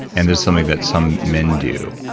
and there's something that some men do.